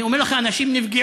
אני אומר לך שאנשים נפגעו,